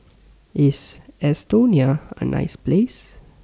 IS Estonia A nice Place